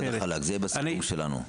חד וחלק, זה יהיה בסיכום שלנו.